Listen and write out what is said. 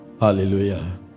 Hallelujah